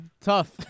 tough